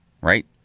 right